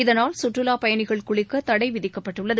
இதனால் கற்றுலாப் பயணிகள் குளிக்க தடை விதிக்கப்பட்டுள்ளது